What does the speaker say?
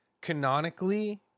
canonically